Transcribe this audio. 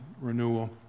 renewal